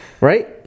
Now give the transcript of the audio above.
Right